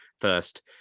first